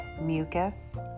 mucus